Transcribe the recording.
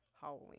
Halloween